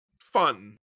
fun